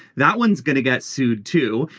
that one's going to get sued too.